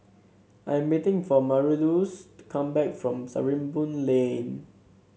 I am waiting for Marylouise to come back from Sarimbun Lane